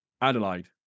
Adelaide